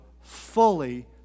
fully